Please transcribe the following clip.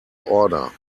order